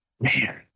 Man